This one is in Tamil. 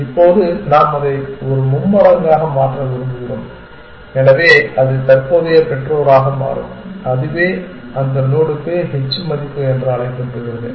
இப்போது நாம் அதை ஒரு மும்மடங்காக மாற்ற விரும்புகிறோம் எனவே அது தற்போதைய பெற்றோராக மாறும் அதுவே அந்த நோடுக்கு h மதிப்பு என்று அழைக்கப்படுகிறது